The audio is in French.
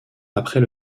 après